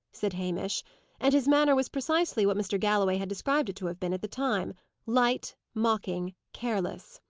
said hamish and his manner was precisely what mr. galloway had described it to have been at the time light, mocking, careless.